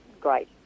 great